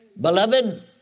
beloved